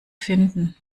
finden